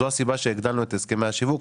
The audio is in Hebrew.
זו הסיבה שהגדלנו את הסכמי השיווק.